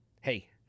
Hey